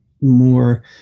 more